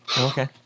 Okay